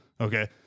Okay